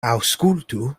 aŭskultu